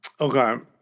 Okay